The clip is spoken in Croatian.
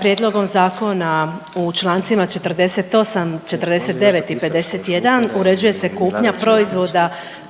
prijedlogom zakona u Člancima 48., 49. i 51. uređuje se kupnja proizvoda